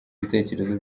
bitekerezo